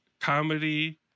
Comedy